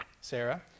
Sarah